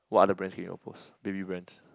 what other brands can you propose baby brands